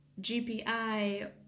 GPI